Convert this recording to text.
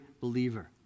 believer